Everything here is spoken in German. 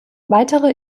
weitere